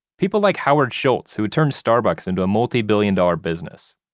people like howard schultz who had turned starbucks into a multi-billion dollar business.